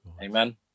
amen